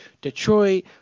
Detroit